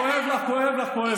כואב לך, כואב לך, כואב לך.